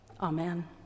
Amen